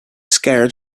scared